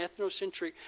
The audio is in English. ethnocentric